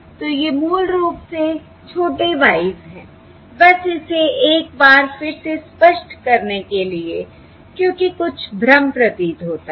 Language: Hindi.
तो ये मूल रूप से छोटे ys हैं बस इसे एक बार फिर से स्पष्ट करने के लिए क्योंकि कुछ भ्रम प्रतीत होता है